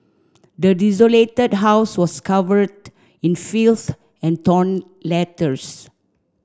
the desolated house was covered in filth and torn letters